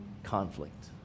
Conflict